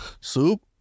soup